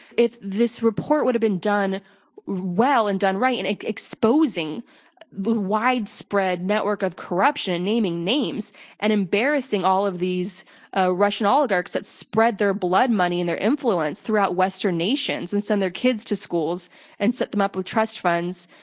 if this report would have been done well and done right in exposing the widespread network of corruption and naming names and embarrassing all of these ah russian oligarchs that spread their blood money and their influence throughout western nations, and send their kids to schools and set them up with trust funds,